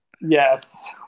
yes